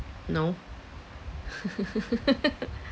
no